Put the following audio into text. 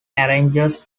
arranges